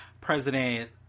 President